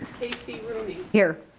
casey rooney. here.